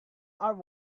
are